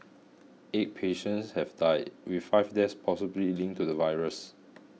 eight patients have died with five deaths possibly linked to the virus